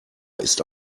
ist